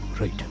Right